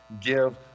give